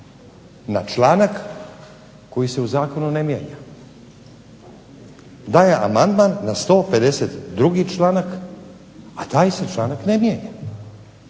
na članak koji se u zakonu ne mijenja, daje amandman na 152. članak, a taj se članak ne mijenja.